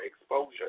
exposure